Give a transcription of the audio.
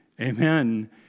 amen